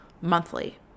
monthly